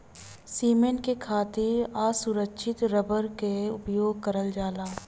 cement के खातिर असुरछित रबर क उपयोग करल जाला